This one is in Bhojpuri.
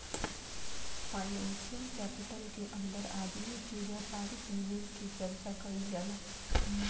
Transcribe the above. फाइनेंसियल कैपिटल के अंदर आदमी के व्यापारिक निवेश के चर्चा कईल जाला